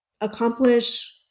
accomplish